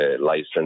license